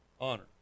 Honor